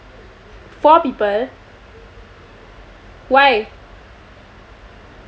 four people why